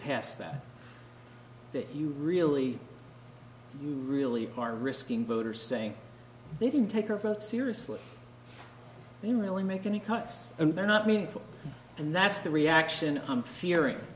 past that that you really you really are risking voters saying they didn't take a vote seriously they really make any cuts and they're not meaningful and that's the reaction i'm fearing